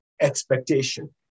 expectation